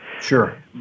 Sure